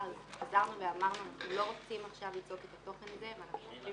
חזרנו ואמרנו שאנחנו לא רוצים עכשיו לבדוק את התוכן הזה ואנחנו חושבים